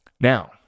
Now